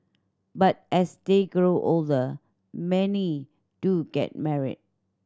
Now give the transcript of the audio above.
but as they grow older many do get married